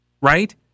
right